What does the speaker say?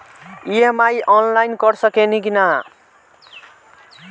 EMI online कर सकेनी की ना?